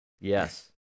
Yes